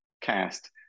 cast